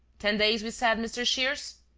ten days, we said, mr. shears?